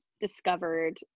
discovered